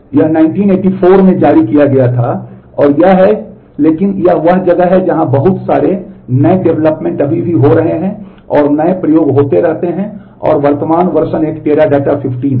यह 1984 में जारी किया गया था और यह है लेकिन यह वह जगह है जहां बहुत सारे नए डेवलपमेंट एक Teradata 15 है